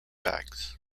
bags